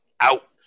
out